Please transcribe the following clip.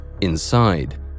Inside